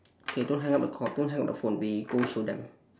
okay don't hang up the call don't hang up the phone we go show them